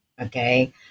okay